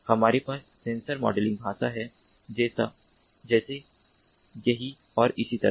हमारे पास sensor modelling भाषा है जैसे यहीं और इसी तरह